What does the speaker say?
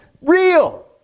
real